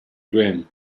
grin